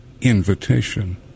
invitation